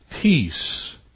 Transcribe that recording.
peace